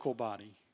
body